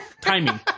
timing